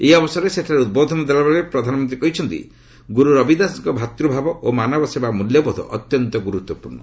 ଏହି ଅବସରରେ ସେଠାରେ ଉଦ୍ବୋଧନ ଦେଲାବେଳେ ପ୍ରଧାନମନ୍ତ୍ରୀ କହିଛନ୍ତି ଗୁରୁ ରବି ଦାସଙ୍କର ଭାତୂଭାବ ଓ ମାନବ ସେବା ମୂଲ୍ୟବୋଧ ଅତ୍ୟନ୍ତ ଗୁରୁତ୍ୱପୂର୍ଣ୍ଣ